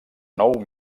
nous